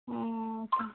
ആ ഓക്കെ